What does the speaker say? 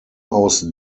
aus